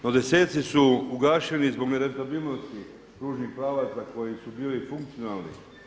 No, desetci su ugašeni zbog nerentabilnosti pružnih pravaca koji su bili funkcionalni.